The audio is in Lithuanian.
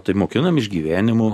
taip mokinam išgyvenimo